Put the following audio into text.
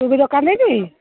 ତୁ ବି ଦୋକାନ